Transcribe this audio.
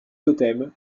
totem